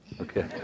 Okay